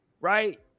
right